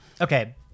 Okay